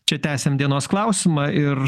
čia tęsiam dienos klausimą ir